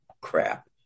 crap